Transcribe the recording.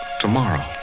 Tomorrow